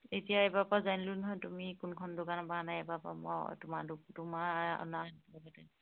এতিয়া এইবাৰৰপৰা জানিলোঁ নহয় তুমি কোনখন দোকানৰপৰা আনা এইবাৰৰপৰা মই তোমাৰ তোমাৰ অনা